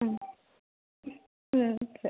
ಹ್ಞೂ ಹ್ಞೂ ಸರಿ